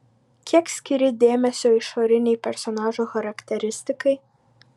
kiek skiri dėmesio išorinei personažo charakteristikai